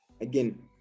again